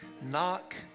knock